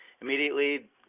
immediately